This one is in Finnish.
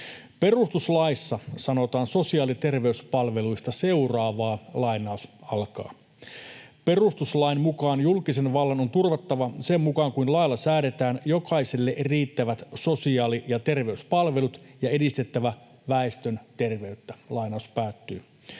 Perustuslaissa sanotaan sosiaali- ja terveyspalveluista seuraavaa: ”Perustuslain mukaan julkisen vallan on turvattava, sen mukaan kuin lailla säädetään, jokaiselle riittävät sosiaali- ja terveyspalvelut ja edistettävä väestön terveyttä.” Asia on